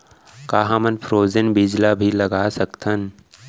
का हमन फ्रोजेन बीज ला भी लगा सकथन?